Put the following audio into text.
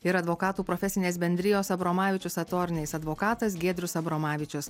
ir advokatų profesinės bendrijos abromavičius atorineis advokatas giedrius abromavičius